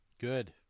Good